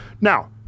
Now